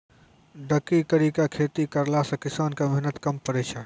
ढकी करी के खेती करला से किसान के मेहनत कम पड़ै छै